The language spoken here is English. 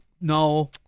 No